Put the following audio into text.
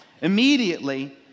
immediately